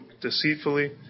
deceitfully